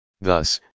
Thus